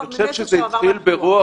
אני חושב שזה התחיל ברוח.